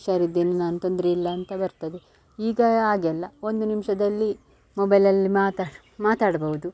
ಹುಷಾರಿದ್ದೇನೆ ನಾನು ತೊಂದರೆ ಇಲ್ಲ ಅಂತ ಬರ್ತದೆ ಈಗ ಹಾಗೆ ಅಲ್ಲ ಒಂದು ನಿಮಿಷದಲ್ಲಿ ಮೊಬೈಲಲ್ಲಿ ಮಾತಾಡಿ ಮಾತಾಡಬಹುದು